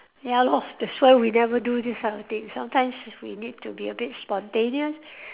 ya lor that's why we never do this sort of things sometimes we need to be a bit spontaneous